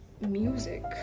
music